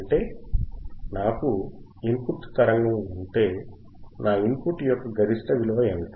అంటే నా ఇన్పుట్ తరంగము ఈ విధముగా ఉంటే నా ఇన్పుట్ యొక్క గరిష్ట విలువ ఎంత